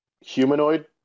Humanoid